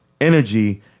energy